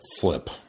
flip